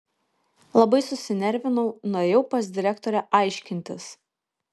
labai susinervinau nuėjau pas direktorę aiškintis